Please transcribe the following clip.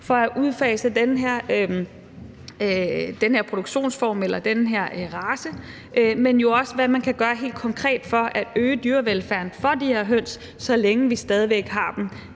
for at udfase den her produktionsform eller den her race, og dels for hvad man jo helt konkret kan gøre for at øge dyrevelfærden for de her høns, så længe vi stadig væk har dem